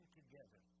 together